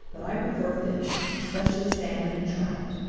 but i prefer fish, especially salmon and trout.